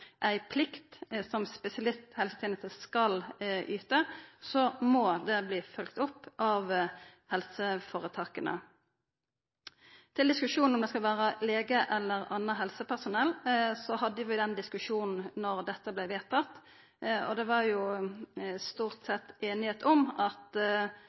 ei plikt som spesialisthelsetenesta skal yta, må det verta følgd opp av helseføretaka. Vi hadde diskusjonen om det skal vera lege eller anna helsepersonell, då dette vart vedtatt. Det var stort sett einigheit om at